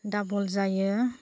दाबल जायो